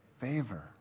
Favor